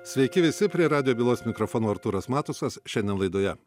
sveiki visi prie radijo bylos mikrofono artūras matusas šiandien laidoje